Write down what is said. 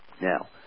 Now